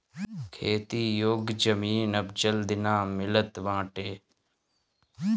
खेती योग्य जमीन अब जल्दी ना मिलत बाटे